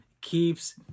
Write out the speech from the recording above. Keeps